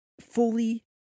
fully